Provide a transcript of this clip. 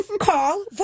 call